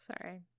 Sorry